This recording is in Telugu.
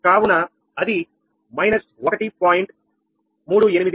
కావున అది −1